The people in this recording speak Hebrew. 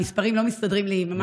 המספרים לא מסתדרים לי.